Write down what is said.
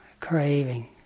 craving